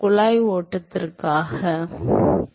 குழாய் ஓட்டத்திற்காகவா